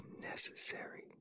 necessary